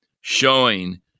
showing